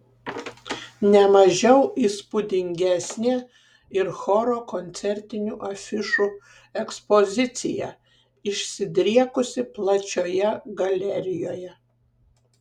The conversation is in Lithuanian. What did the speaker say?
ne mažiau įspūdingesnė ir choro koncertinių afišų ekspozicija išsidriekusi plačioje galerijoje